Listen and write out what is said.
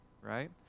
right